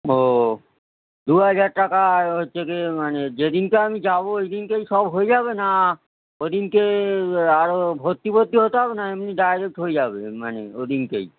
ও দু হাজার টাকা আর হচ্ছে গিয়ে মানে যে দিনকে আমি যাবো ওই দিনকেই সব হয়ে যাবে না ওই দিনকে আরো ভর্তি ফরতি হতে হবে না এমনি ডায়রেক্ট হয়ে যাবে মানে ও দিনকেই